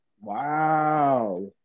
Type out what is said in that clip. Wow